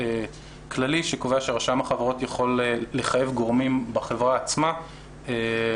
כללי שקובע שרשם החברות יכול לחייב גורמים בחברה עצמה לבצע